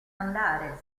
andare